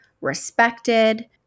respected